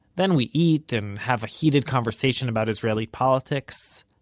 then we eat and have a heated conversation about israeli politics,